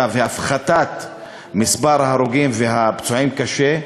והפחתת מספר ההרוגים והפצועים קשה,